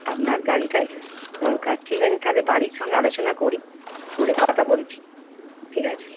আপনার গাড়িটাই দরকার ঠিক আছে তাহলে বাড়ির সঙ্গে আলোচনা করি করে কথা বলছি ঠিক আছে